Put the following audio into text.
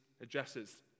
addresses